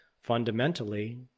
fundamentally –